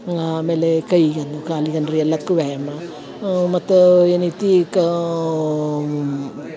ಆಮೇಲೆ ಕೈಯನ್ನು ಕಾಲಿಗೆ ಅಂದ್ರ ಎಲ್ಲದಕ್ಕು ವ್ಯಾಯಾಮ ಮತ್ತು ಏನೈತಿ ಕಾ